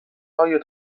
های